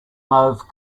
mauve